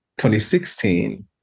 2016